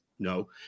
No